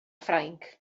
ffrainc